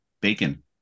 bacon